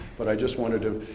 but i just wanted to,